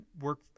work